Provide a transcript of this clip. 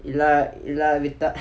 இல்ல இல்ல வித்த:illa illa vitha